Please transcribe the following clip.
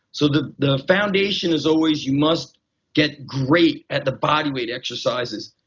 so the the foundation is always you must get great at the body weight exercises,